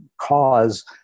cause